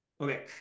Okay